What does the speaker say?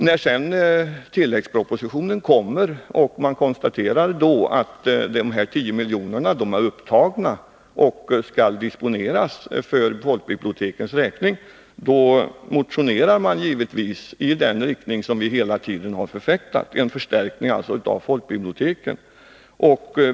När sedan tilläggspropositionen kommer och man konstaterar att de här 10 miljonerna är upptagna och skall disponeras för folkbibliotekens räkning, då motionerar vi givetvis i den riktning som vi hela tiden har förfäktat, alltså en förstärkning av folkbiblioteken.